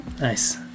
Nice